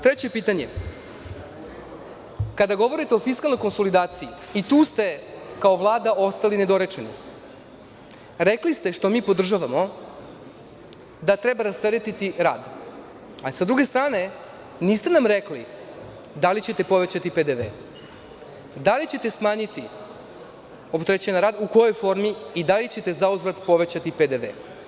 Treće pitanje, kada govorite o konsolidaciji i tu ste kao Vlada ostali nedorečeni, rekli ste, što podržavamo, da treba rasteretiti radnika, a sa druge strane niste nam rekli da li ćete povećati PDV, da li ćete smanjiti opterećenog radnika, u kojoj formi i da li ćete zauzvrat povećati PDV.